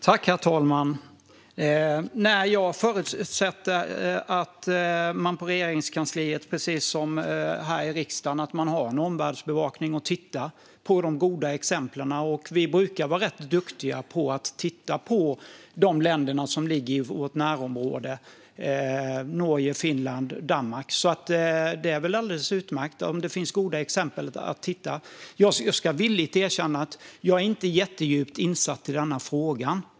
Herr talman! Jag förutsätter att man på Regeringskansliet precis som här i riksdagen har en omvärldsbevakning och tittar på de goda exemplen. Vi brukar vara rätt duktiga på att titta på de länder som ligger i vårt närområde, Norge, Finland och Danmark. Om det finns goda exempel är det väl alldeles utmärkt att titta på dem. Jag ska villigt erkänna att jag inte är jättedjupt insatt i denna fråga.